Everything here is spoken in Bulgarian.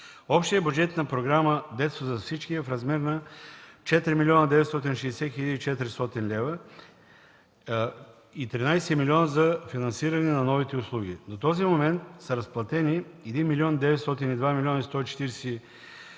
Общият бюджет на Програма „Детство за всички” е в размер на 4 млн. 960 хил. 400 лв. и 13 млн. лв. за финансиране на новите услуги. До този момент са разплатени 1 млн. 902 хил. 140 лв.,